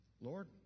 Lord